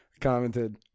commented